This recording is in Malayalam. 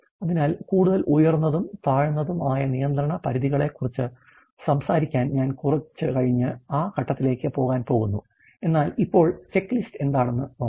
അതിനാൽ കൂടുതൽ ഉയർന്നതും താഴ്ന്നതുമായ നിയന്ത്രണ പരിധികളെക്കുറിച്ച് സംസാരിക്കാൻ ഞാൻ കുറച്ച് കഴിഞ്ഞ് ആ ഘട്ടത്തിലേക്ക് പോകാൻ പോകുന്നു എന്നാൽ ഇപ്പോൾ ചെക്ക് ലിസ്റ്റ് എന്താണെന്ന് നോക്കാം